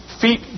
feet